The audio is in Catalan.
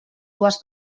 dues